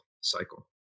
cycle